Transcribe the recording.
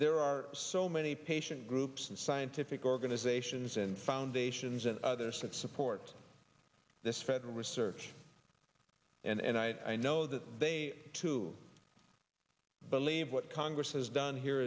there are so many patient groups and scientific organizations and foundations and others that support this federal research and i know that they too believe what congress has done here